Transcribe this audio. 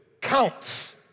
counts